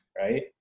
Right